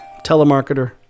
Telemarketer